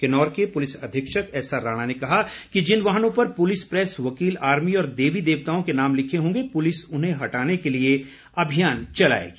किन्नौर के पुलिस अधीक्षक एसआर राणा ने कहा कि जिन वाहनों पर पुलिस प्रैस वकील आर्मी और देवी देवताओं के नाम लिखे होंगे पुलिस उन्हें हटाने के लिए अभियान चलाएगी